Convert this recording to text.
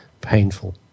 painful